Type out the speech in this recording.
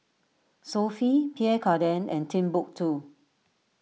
Sofy Pierre Cardin and Timbuk two